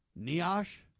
NIOSH